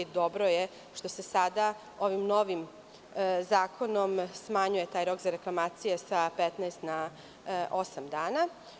Dobro je što se sada ovim novim zakonom smanjuje taj rok za reklamacije sa 15 na osam dana.